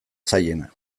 zailena